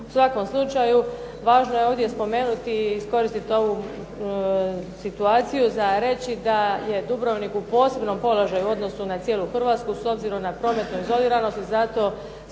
U svakom slučaju važno je ovdje spomenuti i iskoristiti ovu situaciju za reći da je Dubrovnik u posebnom položaju u odnosu na cijelu Hrvatsku s obzirom na prometnu izoliranost i zato